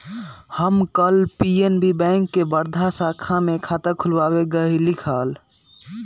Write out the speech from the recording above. हम कल PNB bank के वर्धा शाखा में खाता खुलवावे गय लीक हल